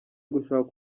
gushaka